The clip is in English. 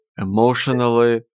emotionally